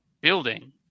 building